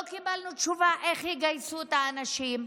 לא קיבלנו תשובה איך יגייסו את האנשים,